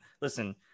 Listen